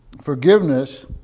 forgiveness